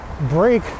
break